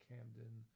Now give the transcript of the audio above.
Camden